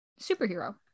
superhero